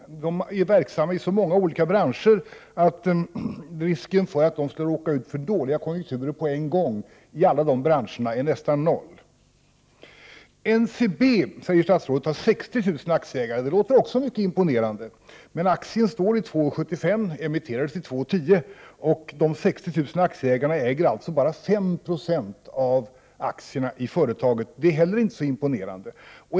Företaget är verksamt i så många branscher att risken för att råka ut för dåliga konjunkturer i alla de branscherna på en gång är nästan noll. NCB, säger statsrådet, har 60 000 aktieägare. Det låter också mycket imponerande. Men aktien står i 2:75. Den emitterades till 2:10. De 60 000 aktieägarna äger bara 5 90 av aktierna i företaget. Det är heller inte så imponerande.